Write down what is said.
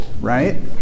right